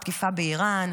תקיפה באיראן.